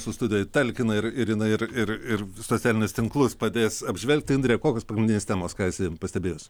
mūsų studijoj talkina ir ir jinai ir ir socialinius tinklus padės apžvelgti indre kokios pagrindinės temos ką esi pastebėjus